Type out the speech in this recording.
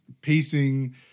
pacing